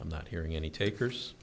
i'm not hearing any takers